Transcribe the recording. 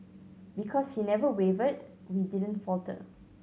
because he never wavered we didn't falter